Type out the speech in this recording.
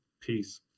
Peace